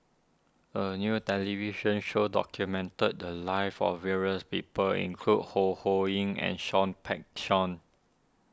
a new television show documented the lives of various people including Ho Ho Ying and Seah Peck Seah